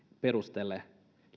perusteella